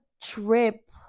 trip